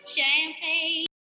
Champagne